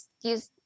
use